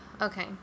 Okay